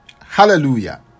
Hallelujah